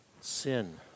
Sin